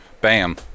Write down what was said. bam